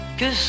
que